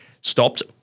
Stopped